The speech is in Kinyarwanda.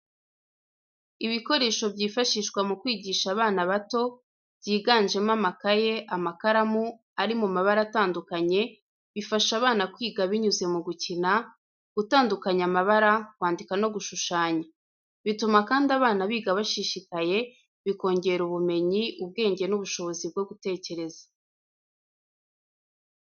Ibikoresho byifashishwa mu kwigisha abana bato, byiganjemo amakayi, amakaramu ari mu mabara atandukanye, bifasha abana kwiga binyuze mu gukina, gutandukanya amabara, kwandika no gushushanya. Bituma kandi abana biga bashishikaye, bikongera ubumenyi, ubwenge n’ubushobozi bwo gutekereza.